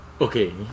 Okay